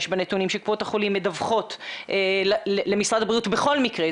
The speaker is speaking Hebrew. בנתונים שקופות החולים מדווחות למשרד הבריאות בכל מקרה,